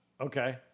Okay